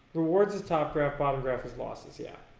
rewards is top graph, bottom graph is losses yeah